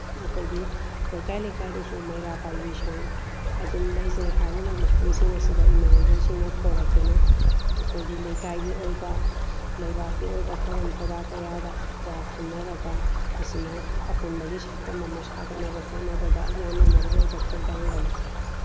ꯑꯩꯈꯣꯏꯒꯤ ꯂꯩꯀꯥꯏ ꯂꯩꯀꯥꯏꯗꯁꯨ ꯃꯩꯔꯥ ꯄꯥꯏꯕꯤ ꯁꯪ ꯑꯗꯨꯝ ꯂꯩꯖꯩ ꯍꯥꯏꯔꯤꯕ ꯃꯐꯝꯁꯤꯡ ꯑꯁꯤꯗ ꯏꯃꯥ ꯏꯕꯦꯜꯁꯤꯡꯅ ꯊꯣꯛꯂꯛꯇꯨꯅ ꯑꯩꯈꯣꯏꯒꯤ ꯂꯩꯀꯥꯏꯒꯤ ꯑꯣꯏꯕ ꯂꯩꯕꯥꯛꯀꯤ ꯑꯣꯏꯕ ꯊꯧꯔꯝ ꯊꯧꯗꯥ ꯀꯌꯥꯗ ꯋꯥ ꯈꯟꯅꯔꯒ ꯃꯁꯤꯅ ꯑꯄꯨꯟꯕꯒꯤ ꯁꯛꯇꯝ ꯑꯃ ꯁꯥꯒꯠꯅꯕ ꯍꯣꯠꯅꯕꯗ ꯌꯥꯝꯅ ꯃꯔꯨꯑꯣꯏꯕ ꯊꯧꯗꯥꯡ ꯂꯧꯋꯤ